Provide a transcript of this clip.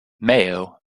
mayo